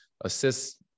assists